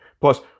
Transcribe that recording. Plus